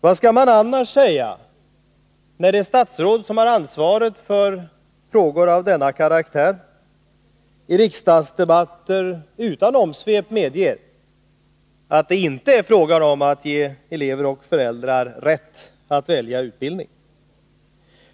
Vad skall man annars säga, när det statsråd som har ansvaret för frågor av denna karaktär i riksdagsdebatter utan omsvep medger att det inte är frågan om att ge elever och föräldrar rätt att välja utbildning?